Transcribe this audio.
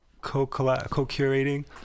co-curating